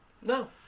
No